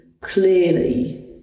clearly